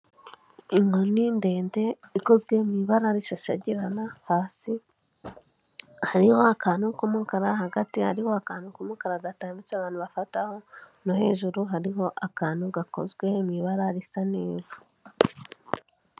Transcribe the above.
Inkoni ndende, ikozwe mu ibara rishashagirana, hasi hariho akantu k'umukara, hagati hariho akantu k'umukara gatambitse abantu bafataho, no hejuru hariho akantu gakozwe mu ibara risa neza.